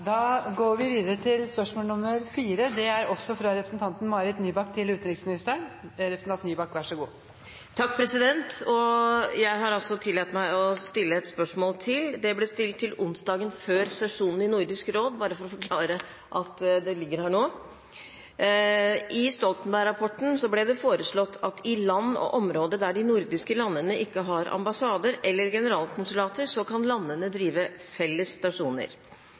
Jeg har altså tillatt meg å stille et spørsmål til. Det ble stilt til onsdagen før sesjonen i Nordisk råd – bare for å forklare hvorfor det ligger her nå. «I Stoltenberg-rapporten ble det foreslått at «i land og områder der de nordiske landene ikke har ambassader eller generalkonsulater, kan landene drive felles stasjoner».